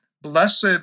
blessed